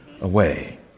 away